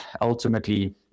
ultimately